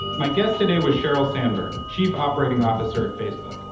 my guest today was sheryl sandberg, chief operating officer facebook.